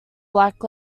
black